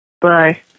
Bye